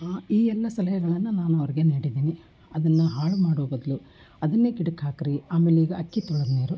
ಈ ಎಲ್ಲ ಸಲಹೆಗಳನ್ನು ನಾನು ಅವ್ರಿಗೆ ನೀಡಿದ್ದೀನಿ ಅದನ್ನು ಹಾಳು ಮಾಡೋ ಬದಲು ಅದನ್ನೇ ಗಿಡಕ್ಕೆ ಹಾಕಿರಿ ಆಮೇಲೆ ಈಗ ಅಕ್ಕಿ ತೊಳೆದ ನೀರು